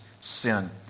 sin